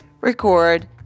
record